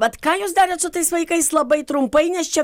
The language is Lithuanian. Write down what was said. vat ką jūs darėt su tais vaikais labai trumpai nes čia